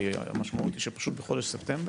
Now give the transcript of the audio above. כי המשמעות היא שפשוט בחודש ספטמבר,